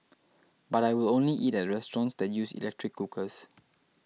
but I will only eat at restaurants the use electric cookers